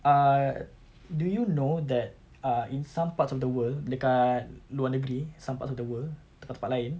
uh do you know that uh in some parts of the world dekat luar negeri some parts of the world dekat tempat lain